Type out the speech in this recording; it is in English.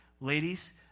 ladies